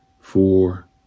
four